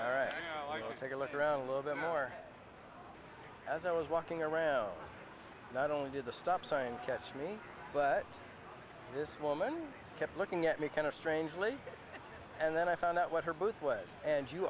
to take a look around a little bit more as i was walking around not only did the stop sign catch me but this woman kept looking at me kind of strangely and then i found out what her booth was and you